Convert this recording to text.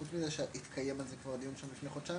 חוץ מזה שהתקיים על זה כבר דיון לפני חודשיים,